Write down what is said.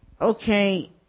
okay